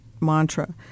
mantra